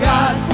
God